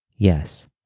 Yes